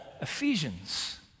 Ephesians